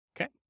okay